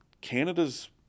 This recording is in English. canada's